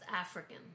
African